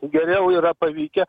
geriau yra pavykę